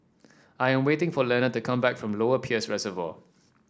I am waiting for Lenna to come back from Lower Peirce Reservoir